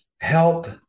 help